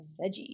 veggies